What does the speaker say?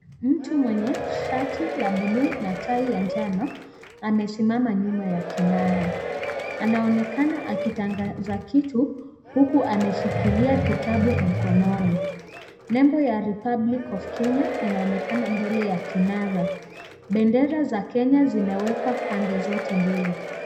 Mtu mwenye shati la buluu na tai ya njano, amesimama nyuma ya kinara. Anaonekana akitangaza kitu huku, ameshikilia kitabu mkononi. Nembo ya republic of Kenya , inaonekana mbele ya kinara. Bendera za Kenya zumewekwa pande zote mbili.